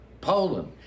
Poland